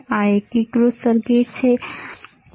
આ એકીકૃત સર્કિટ છે બરાબર ને